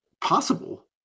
possible